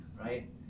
right